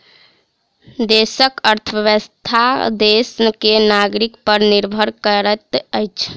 देशक अर्थव्यवस्था देश के नागरिक पर निर्भर करैत अछि